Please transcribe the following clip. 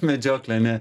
medžioklė ne